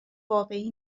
واقعی